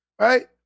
Right